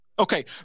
Okay